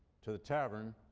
to the tavern,